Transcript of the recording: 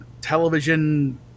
television